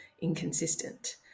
inconsistent